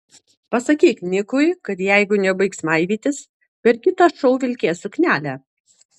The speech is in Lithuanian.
pasakyk nikui kad jeigu nebaigs maivytis per kitą šou vilkės suknelę